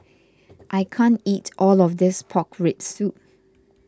I can't eat all of this Pork Rib Soup